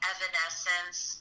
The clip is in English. Evanescence